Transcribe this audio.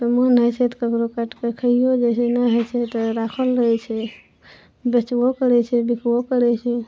तऽ मोन होइ छै तऽ ककरो काटि कऽ खैयो जाइ छै नहि होइ छै तऽ राखल रहै छै बेचबो करै छै बिकबो करै छै